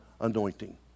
anointing